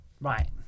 Right